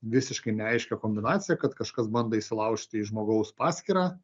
visiškai neaiškią kombinaciją kad kažkas bando įsilaužti į žmogaus paskyrą